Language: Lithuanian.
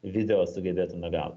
video sugebėtume gaut